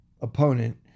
opponent